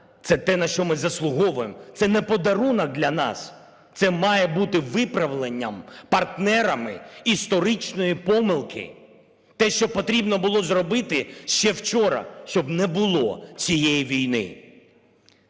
це те, на що ми заслуговуємо, це не подарунок для нас, це має бути виправленням партнерами історичної помилки, те, що потрібно було зробити ще вчора, щоб не було цієї війни.